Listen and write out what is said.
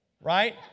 right